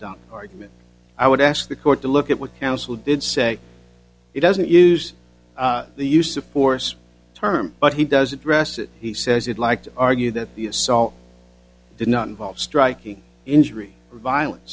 dunk argument i would ask the court to look at what counsel did say he doesn't use the use of force term but he does address it he says he'd like to argue that the assault did not involve striking injury or violence